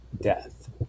death